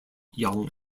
young